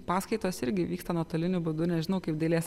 paskaitos irgi vyksta nuotoliniu būdu nežinau kaip dailės